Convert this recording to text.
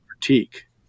critique